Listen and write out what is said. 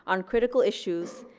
on critical issues,